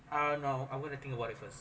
uh no I wanna think about it first